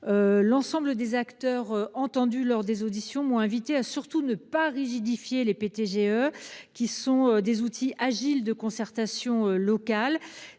l'ensemble des acteurs entendus lors des auditions m'ont invitée à ne surtout pas rigidifier les PTGE, qui sont des outils agiles de concertation locale.